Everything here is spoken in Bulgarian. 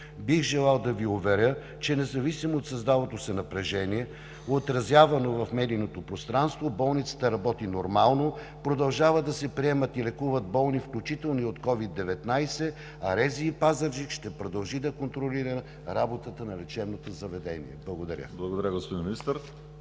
Бих желал да Ви уверя, че независимо от създалото се напрежение отразявано в медийното пространство, болницата работи нормално, продължават да се приемат и лекуват болни включително и от COVID-19, а РЗИ – град Пазарджик, ще продължи да контролира работата на лечебното заведение. Благодаря. ПРЕДСЕДАТЕЛ ВАЛЕРИ